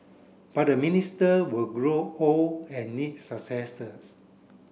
but the minister will grow old and need successors